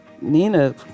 Nina